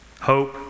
hope